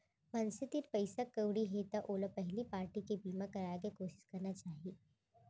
मनसे तीर पइसा कउड़ी हे त ओला पहिली पारटी के बीमा कराय के कोसिस करना चाही